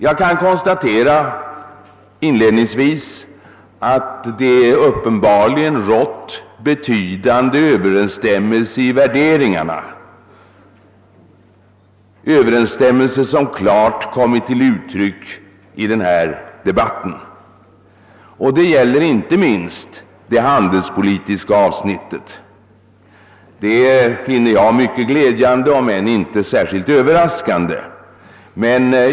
Inledningsvis kan jag konstatera att det uppenbarligen har rått betydande över-- ensstämmelse i värderingarna. Det gäller inte minst det handelspolitiska avsnittet. Jag finner detta mycket gläd-- jande om än inte särskilt överraskande.